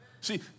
See